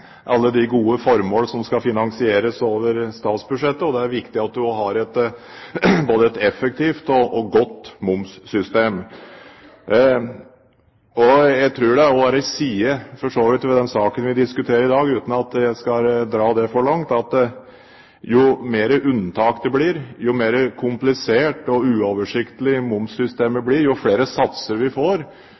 viktig at man har både et effektivt og et godt momssystem. Jeg tror det for så vidt er en side ved saken vi diskuterer i dag – uten at jeg skal dra det for langt – at jo flere unntak det blir, jo mer komplisert og uoversiktlig momssystemet blir, og jo flere satser vi får,